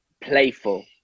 playful